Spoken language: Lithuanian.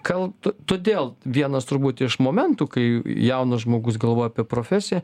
gal todėl vienas turbūt iš momentų kai jaunas žmogus galvoja apie profesiją